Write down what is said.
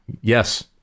Yes